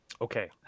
Okay